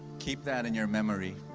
keep that in your memory.